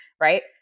Right